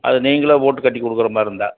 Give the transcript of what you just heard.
அது நீங்களே போட்டு கட்டி கொடுக்குற மாதிரி இருந்தால்